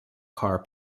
car